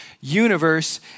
universe